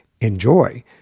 enjoy